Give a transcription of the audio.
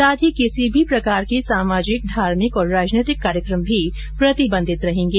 साथ ही किसी भी प्रकार के सामाजिक धार्मिक और राजनैतिक कार्यक्रम भी प्रतिबंधित रहेंगे